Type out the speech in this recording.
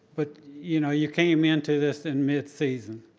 but you know, you came into this in mid-season.